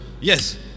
Yes